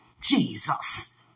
Jesus